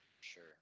Sure